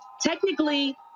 Technically